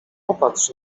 popatrz